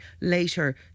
later